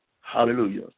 Hallelujah